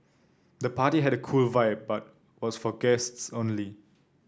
the party had a cool vibe but was for guests only